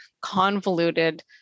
convoluted